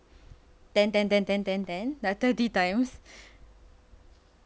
ten ten ten ten ten ten but twenty times